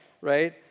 right